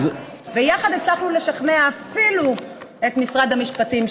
יחד הצלחנו לשכנע אפילו את משרד המשפטים,